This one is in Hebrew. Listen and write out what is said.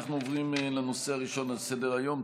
אנחנו עוברים לנושא הראשון על סדר-היום,